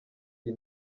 iyi